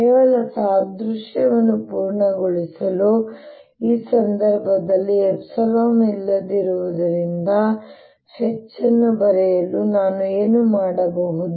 ಕೇವಲ ಸಾದೃಶ್ಯವನ್ನು ಪೂರ್ಣಗೊಳಿಸಲು ಈ ಸಂದರ್ಭದಲ್ಲಿ ಇಲ್ಲದಿರುವುದರಿಂದ H ಅನ್ನು ಬರೆಯಲು ನಾನು ಏನು ಮಾಡಬಹುದು